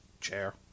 chair